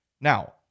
Now